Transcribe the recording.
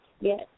Yes